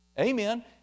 Amen